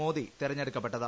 മോദി തെരഞ്ഞെടുക്കപ്പെട്ടത്